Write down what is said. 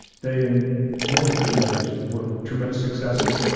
they and most of the others were tremendous successes.